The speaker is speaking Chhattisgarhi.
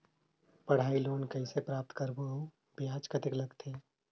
पढ़ाई लोन कइसे प्राप्त करबो अउ ब्याज कतेक लगथे?